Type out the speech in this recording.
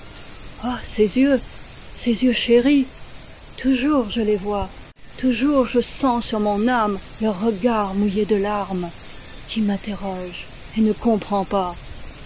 ah ces yeux ces yeux chéris toujours je les vois toujours je sens sur mon âme leur regard mouillé de larmes qui m'interroge et ne comprend pas